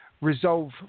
resolve